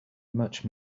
much